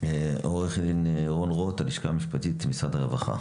עו"ד רון רוט, הלשכה המשפטית, משרד הרווחה.